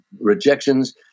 Rejections